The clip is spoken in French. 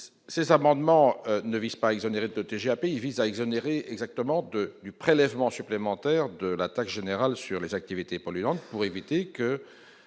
ça amendement ne vise pas exonérés de TGAP, il vise à exonérer exactement de du prélèvement supplémentaire de la taxe générale sur les activités polluantes pour éviter que